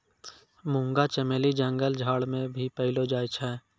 मुंगा चमेली जंगल झाड़ मे भी पैलो जाय छै